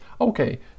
Okay